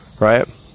right